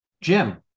Jim